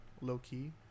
low-key